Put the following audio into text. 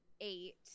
eight